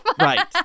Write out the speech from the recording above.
right